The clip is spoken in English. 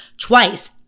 twice